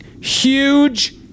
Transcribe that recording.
Huge